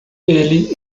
ele